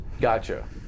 Gotcha